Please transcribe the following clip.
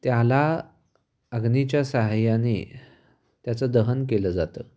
त्याला अग्नीच्या सहाय्याने त्याचं दहन केलं जातं